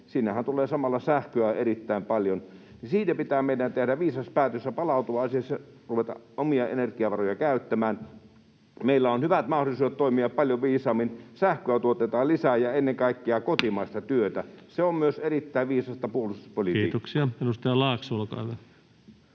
siinähän tulee samalla sähköä erittäin paljon — pitää meidän tehdä viisas päätös ja palautua asiassa ja ruveta omia energiavaroja käyttämään. Meillä on hyvät mahdollisuudet toimia paljon viisaammin — sähköä tuotetaan lisää ja ennen kaikkea kotimaista työtä. Se on myös erittäin viisasta puolustuspolitiikkaa. Kiitoksia. — Edustaja Laakso, olkaa hyvä.